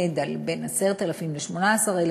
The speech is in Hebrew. הוא בין 10,000 ל-18,000,